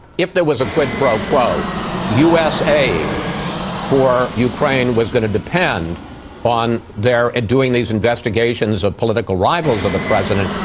if there was a quid pro quo u s. aid for ukraine was going to depend on their and doing these investigations of political rivals of the president.